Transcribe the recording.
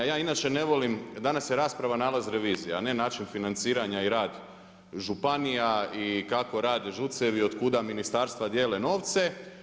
Ja inače ne volim, danas je rasprava nalaz revizije, a ne način financiran ja i rad županija i kako rade ŽUC-evi, od kuda ministarstva dijele novce.